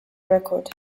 record